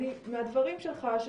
מהדברים שלך,